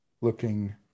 looking